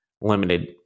limited